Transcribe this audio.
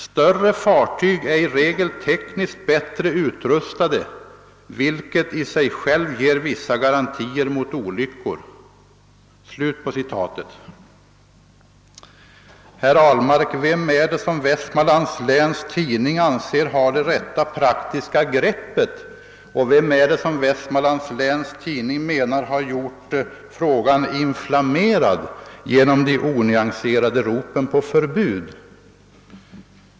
Större fartyg är i regel tekniskt bättre rustade, vilket i sig själv ger vissa garantier mot olyckor.» Vem är det, herr Ahlmark, som Vest manlands Läns Tidning anser har det »rätta praktiska greppet», och vem är det som Vestmanlands Läns Tidning anser ha gjort ämnet »inflammerat genom de onyanserade ropen på förbud»?